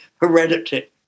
hereditary